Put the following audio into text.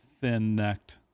thin-necked